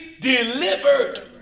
Delivered